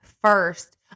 first